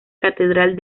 catedral